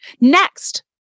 Next